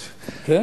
כן.